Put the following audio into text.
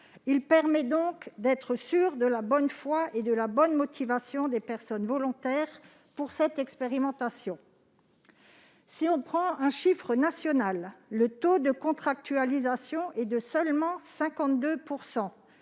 Il permet donc d'être sûr de la bonne foi et de la motivation des personnes volontaires pour cette expérimentation. Au niveau national, le taux de contractualisation atteint seulement 52